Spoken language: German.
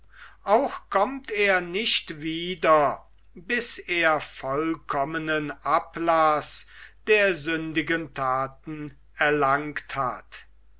auch kommt er nicht wieder bis er vollkommenen ablaß der sündigen taten erlangt hat